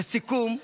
לסיכום,